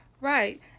Right